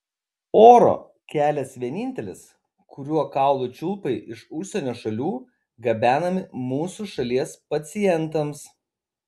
oro kelias vienintelis kuriuo kaulų čiulpai iš užsienio šalių gabenami mūsų šalies pacientams